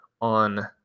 on